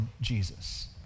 Jesus